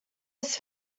his